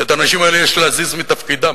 שאת האנשים האלה יש להזיז מתפקידם,